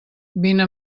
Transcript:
vine